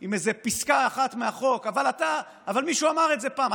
עם איזה פסקה אחת מהחוק: אבל מישהו אמר את זה פעם,